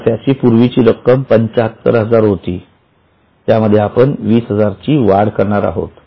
नफ्याची पूर्वीची रक्कम ७५००० होती त्यामध्ये आपण २०००० ची वाढ करणार आहोत